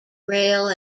rail